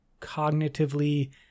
cognitively